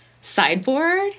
sideboard